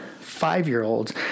five-year-olds